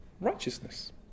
righteousness